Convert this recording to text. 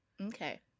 Okay